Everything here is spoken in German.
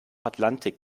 atlantik